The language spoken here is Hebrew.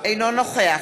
אינו נוכח